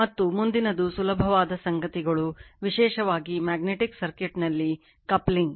ಮತ್ತು ಮುಂದಿನದು ಸುಲಭವಾದ ಸಂಗತಿಗಳು ವಿಶೇಷವಾಗಿ ಮ್ಯಾಗ್ನೆಟಿಕ್ ಸರ್ಕ್ಯೂಟ್ನಲ್ಲಿ ಕಪ್ಲಿಂಗ್